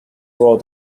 wrote